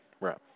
right